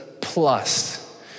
plus